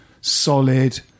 solid